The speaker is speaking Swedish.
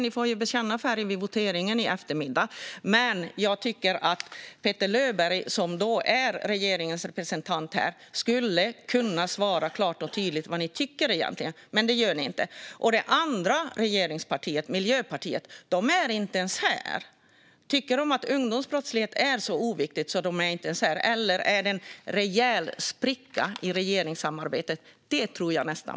Ni får bekänna färg vid voteringen i eftermiddag. Jag tycker att Petter Löberg, som är regeringens representant här, klart och tydligt skulle kunna säga vad ni egentligen tycker, men det gör han inte. Det andra regeringspartiet, Miljöpartiet, är inte ens här. Tycker de att ungdomsbrottslighet är så oviktigt att de inte ens är här? Eller är det en rejäl spricka i regeringssamarbetet? Det tror jag nästan.